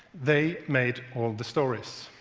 they made all the stories.